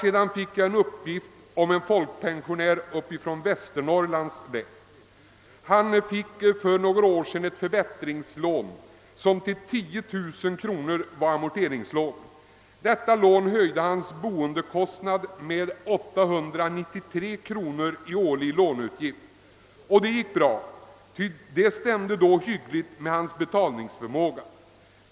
En person fick för några år sedan ett förbättringslån, som till 10 000 kronor var amorteringslån. Detta lån höjde hans bostadskost nad med 893 kronor i årlig låneutgift. Och det gick bra, ty det stämde hyggligt med hans betalningsförmåga.